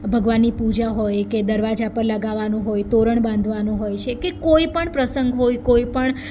ભગવાનની પૂજા હોય કે દરવાજા પર લગાડવાનું હોય તોરણ બાંધવાનું હોય કે કોઈ પણ પ્રસંગ હોય કોઈ પણ